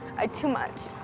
ah too much.